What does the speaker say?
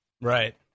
Right